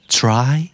try